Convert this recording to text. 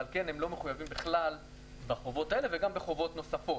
ועל כן הם לא מחויבים בכלל בחובות האלה וגם בחובות נוספות.